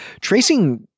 tracing